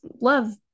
love